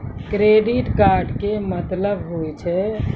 Credit card के मतलब होय छै?